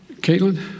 Caitlin